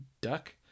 duck